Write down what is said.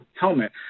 helmet